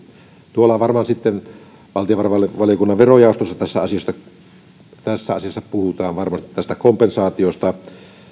tuolla valtiovarainvaliokunnan verojaostossa puhutaan tässä asiassa varmaan tästä kompensaatiosta